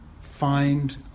find